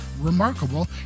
remarkable